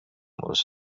was